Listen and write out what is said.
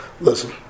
listen